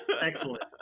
Excellent